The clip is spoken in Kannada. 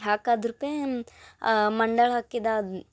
ಹಾಕಾದುರ್ಪೇ ಮಂಡಾಳು ಹಾಕಿದೆ